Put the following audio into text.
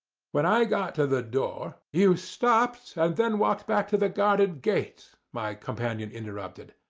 when i got to the door you stopped, and then walked back to the garden gate, my companion interrupted.